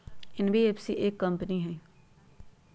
NBFC एक company हई?